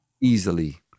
Easily